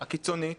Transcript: הקיצונית,